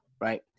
Right